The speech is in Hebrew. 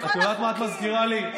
את יודעת מה את מזכירה לי?